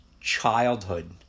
childhood